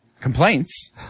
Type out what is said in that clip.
complaints